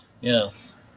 yes